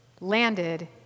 landed